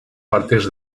partes